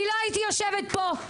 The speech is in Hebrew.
אני לא הייתי יושבת פה.